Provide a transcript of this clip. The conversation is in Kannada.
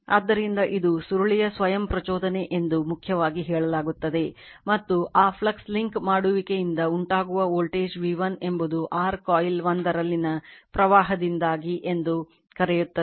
ಆದ್ದರಿಂದ ಇದು ಸುರುಳಿಯ ಸ್ವಯಂ ಪ್ರಚೋದನೆ ಎಂದು ಮುಖ್ಯವಾಗಿ ಹೇಳಲಾಗುತ್ತದೆ ಮತ್ತು ಆ ಫ್ಲಕ್ಸ್ ಲಿಂಕ್ ಮಾಡುವಿಕೆಯಿಂದ ಉಂಟಾಗುವ ವೋಲ್ಟೇಜ್ v 1 ಎಂಬುದು r ಕಾಯಿಲ್ 1 ರಲ್ಲಿನ ಪ್ರವಾಹದಿಂದಾಗಿ ಎಂದು ಕರೆಯುತ್ತದೆ